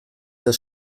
das